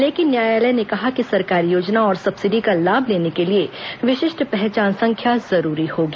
लेकिन न्यायालय ने कहा कि सरकारी योजनाओं और सब्सिडी का लाभ लेने के लिए विशिष्ट पहचान संख्या जरूरी होगी